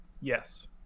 yes